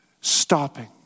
stopping